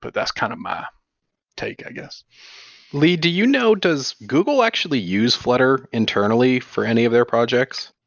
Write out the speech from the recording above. but that's kind of my take, i guess lee, do you know, does google actually use flutter internally for any of their projects?